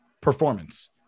performance